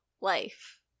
life